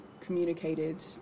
communicated